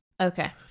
Okay